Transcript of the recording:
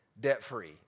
debt-free